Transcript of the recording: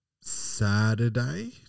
Saturday